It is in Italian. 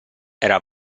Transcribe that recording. era